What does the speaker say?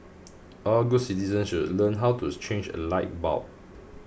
all good citizens should learn how to change a light bulb